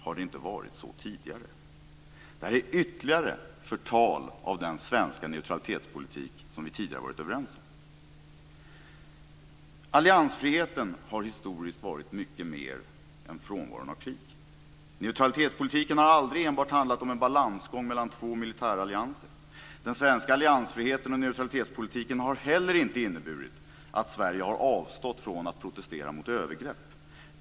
Har det inte varit så tidigare? Det här är ytterligare förtal av den svenska neutralitetspolitik som vi tidigare varit överens om. Alliansfriheten har historiskt varit mycket mer än frånvaron av krig. Neutralitetspolitiken har aldrig enbart handlat om en balansgång mellan två militärallianser. Den svenska alliansfriheten och neutralitetspolitiken har heller inte inneburit att Sverige har avstått från att protestera mot övergrepp.